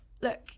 look